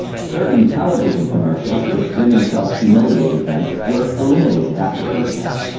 certain television commercials, which women felt humiliated them, were eliminated after protest.